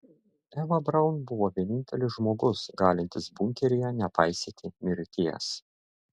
eva braun buvo vienintelis žmogus galintis bunkeryje nepaisyti mirties